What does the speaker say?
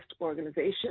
organization